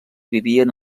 vivien